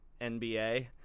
nba